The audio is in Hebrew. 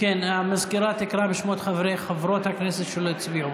סגנית המזכירה תקרא בשמות חברי וחברות הכנסת שלא הצביעו,